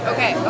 Okay